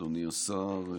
אדוני השר,